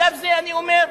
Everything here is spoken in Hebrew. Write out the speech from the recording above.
בשלב זה אני אומר: